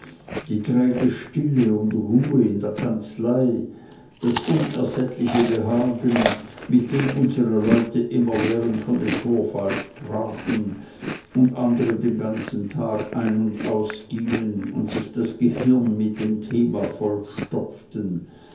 die träge stille und ruhe in der kanzlei das unersättliche behagen mit dem unsere leute immerwährend von dem vorfall sprachen und andere den ganzen tag ein und ausgingen und sich das gehirn mit dem thema